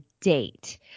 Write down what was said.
date